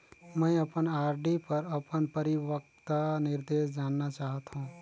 मैं अपन आर.डी पर अपन परिपक्वता निर्देश जानना चाहत हों